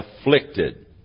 afflicted